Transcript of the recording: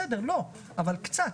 בסדר, לא, אבל קצת.